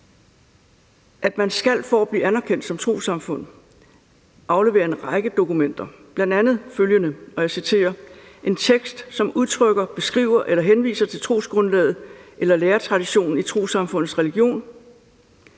at man for at blive anerkendt som trossamfund skal aflevere en række dokumenter, bl.a. følgende, og jeg citerer: »En tekst, som udtrykker, beskriver eller henviser til trosgrundlaget eller læretraditionen i trossamfundets religion.«